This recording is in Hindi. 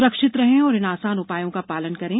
स्रक्षित रहें और इन आसान उपायों का पालन करें